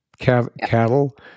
Cattle